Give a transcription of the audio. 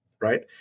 right